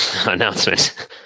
announcement